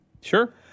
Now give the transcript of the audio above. Sure